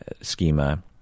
schema